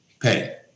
pay